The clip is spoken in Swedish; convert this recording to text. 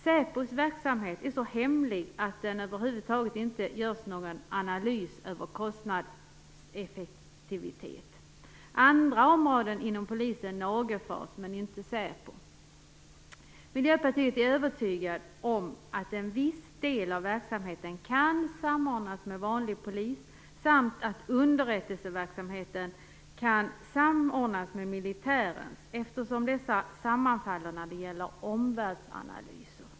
Säpos verksamhet är så hemlig att man på det området över huvud taget inte gör någon analys av kostnadseffektiviteten. Andra områden inom polisen nagelfars, men inte Säpo. Inom Miljöpartiet är vi övertygade om att viss del av verksamheten kan samordnas med den vanliga polisens verksamhet samt att underrättelseverksamheten kan samordnas med militärens, eftersom dessa sammanfaller när det gäller omvärldsanalyser.